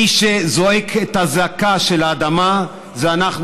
מי שזועק עת הזעקה של "האדמה זה אנחנו",